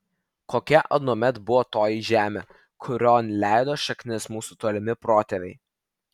kokia anuomet buvo toji žemė kurion leido šaknis mūsų tolimi protėviai